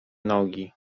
nogi